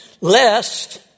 Lest